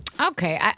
Okay